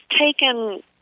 taken